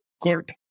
good